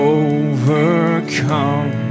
overcome